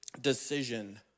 decision